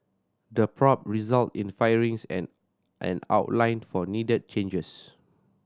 the probe resulted in firings and an outline for needed changes